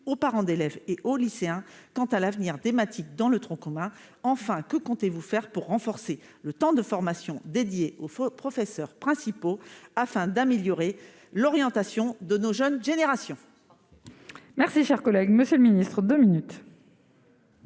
aux parents d'élèves et aux lycéens quant à l'avenir des mathématiques dans le tronc commun ? Que comptez-vous faire pour renforcer le temps de formation des professeurs principaux afin d'améliorer l'orientation de nos jeunes générations ? La parole est à M. le ministre. Il est